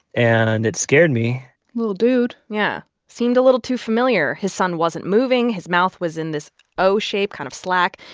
and it scared me little dude yeah. seemed a little too familiar. his son wasn't moving. his mouth was in this o-shape, kind of slack.